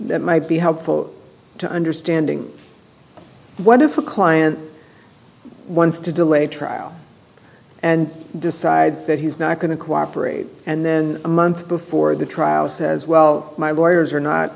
that might be helpful to understanding what if a client once to delay trial and decides that he's not going to cooperate and then a month before the trial says well my lawyers are not